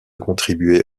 contribuer